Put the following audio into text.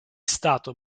stato